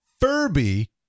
Furby